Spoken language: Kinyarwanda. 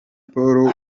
paul